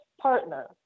partner